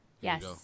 Yes